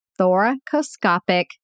Thoracoscopic